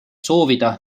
soovida